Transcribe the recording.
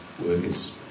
workers